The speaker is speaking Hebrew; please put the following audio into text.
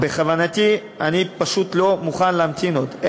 אני פשוט לא מוכן להמתין עוד.